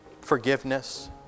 forgiveness